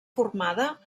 formada